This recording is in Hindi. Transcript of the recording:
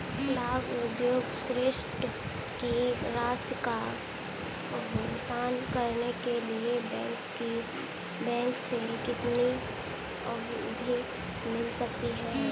लघु उद्योग ऋण की राशि का भुगतान करने के लिए बैंक से कितनी अवधि मिल सकती है?